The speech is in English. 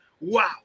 wow